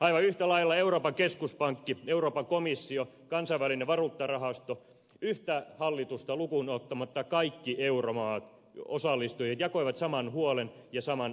aivan yhtä lailla euroopan keskuspankki euroopan komissio kansainvälinen valuuttarahasto yhtä hallitusta lukuun ottamatta kaikki euromaat osallistuivat jakoivat saman huolen ja saman arvion tilanteesta